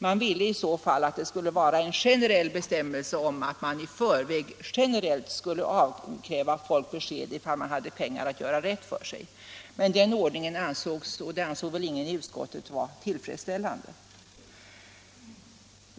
De ville i så fall att det skulle vara en generell bestämmelse om att man i förväg skulle avkräva besked om de hade pengar att göra rätt för sig med. Den ordningen ansåg ingen, inte heller i utskottet, vara tillfredsställande.